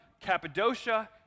Cappadocia